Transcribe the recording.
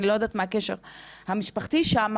אני לא יודעת מה הקשר המשפחתי שם,